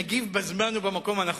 נגיב בזמן ובמקום הנכון.